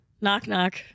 Knock-knock